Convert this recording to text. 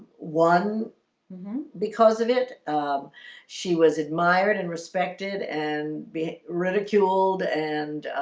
won because of it um she was admired and respected and be ridiculed and